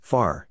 Far